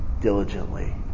diligently